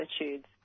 attitudes